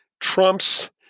trump's